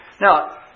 Now